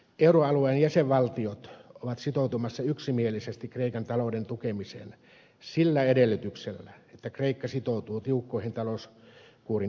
euroalueen jäsenvaltiot ovat sitoutumassa yksimielisesti kreikan talouden tukemiseen sillä edellytyksellä että kreikka sitoutuu tiukkoihin talouskuurin ehtoihin